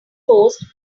post